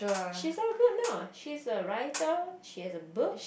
she's all good now she's a writer she has a book